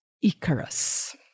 Icarus